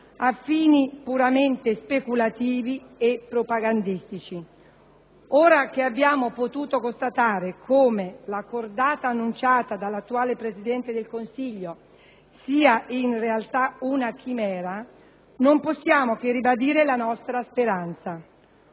a fini puramente speculativi e propagandistici. Ora che abbiamo potuto constatare come la cordata annunciata dall'attuale Presidente del Consiglio sia in realtà una chimera, non possiamo che ribadire la nostra speranza.